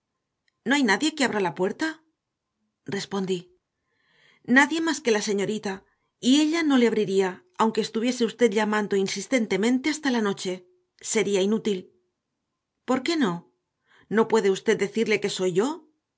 no hay nadie que abra la puerta respondí nadie más que la señorita y ella no le abriría aunque estuviese usted llamando insistentemente hasta la noche sería inútil por qué no no puede usted decirle que soy yo